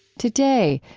today,